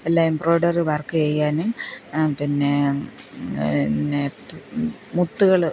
എല്ലാ embroidery work ചെയ്യാനും പിന്നെ പിന്നെ മുത്തുകൾ